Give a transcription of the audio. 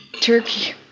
Turkey